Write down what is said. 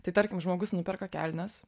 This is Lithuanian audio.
tai tarkim žmogus nuperka kelnes